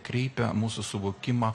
kreipia mūsų suvokimą